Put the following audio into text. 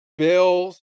Bills